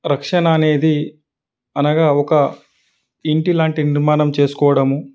రక్షణ అనేది అనగా ఒక ఇంటి లాంటి నిర్మాణం చేసుకోవడం